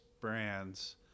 brands